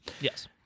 yes